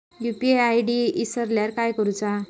UPI ID इसरल्यास काय करुचा?